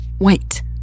Wait